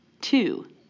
Two